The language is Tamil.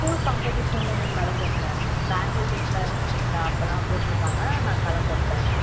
ஸ்கூல் காம்பெடிஷனில் நான் கலந்திருக்கேன் இந்த ஆன்வல் டேஸெலாம் இருக்கும் இல்லைங்களா அப்பெலாம் போட்டிருக்காங்க நான் கலந்திருக்கேன்